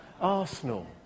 Arsenal